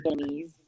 pennies